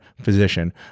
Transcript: physician